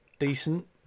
decent